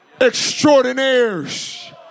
extraordinaires